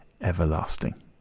everlasting